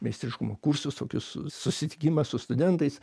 meistriškumo kursus tokius susitikimą su studentais